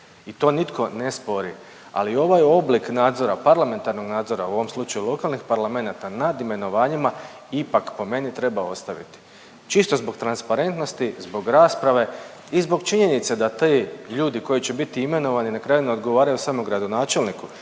I to nitko ne spori, a li ovaj oblik nadzora, parlamentarnog nadzora, u ovom slučaju lokalnih parlamenata, nad imenovanjima ipak po meni treba ostaviti, čisto zbog transparentnosti, zbog rasprave i zbog činjenice da ti ljudi koji će biti imenovani, na kraju, ne odgovaraju samo gradonačelniku,